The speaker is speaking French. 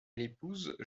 épouse